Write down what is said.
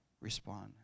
respond